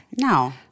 No